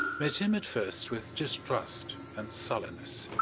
met him at first with distrust and sullenness.